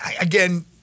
again